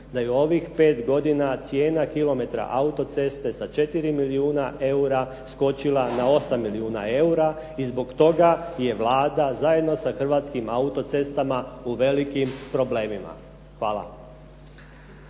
da je u ovih 5 godina cijena kilometra autoceste sa 4 milijuna eura skočila na 8 milijuna eura i zbog toga je Vlada zajedno sa Hrvatskim autocestama u velikim problemima. Hvala.